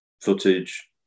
footage